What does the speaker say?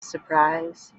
surprise